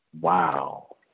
Wow